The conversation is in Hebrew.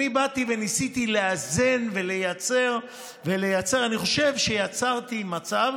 באתי וניסיתי לאזן ולייצר, ואני חושב שיצרתי מצב,